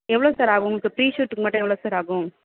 எவ்வளோ சார் ஆகும் இப்போ ப்ரீ ஷூட்டுக்கு மட்டும் எவ்வளோ சார் ஆகும்